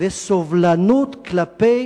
וסובלנות כלפי